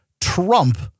Trump